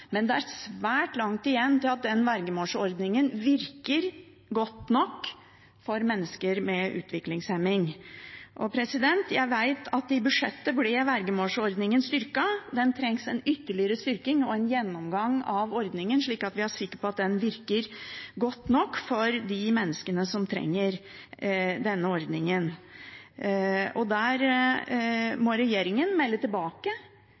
men det er svært langt igjen til vergemålsordningen virker godt nok for mennesker med utviklingshemning. Jeg vet at i budsjettet ble vergemålsordningen styrket. Det trengs en ytterligere styrking og en gjennomgang av ordningen, slik at vi er sikre på at den virker godt nok for de menneskene som trenger den. Der må regjeringen melde tilbake